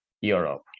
Europe